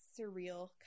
surreal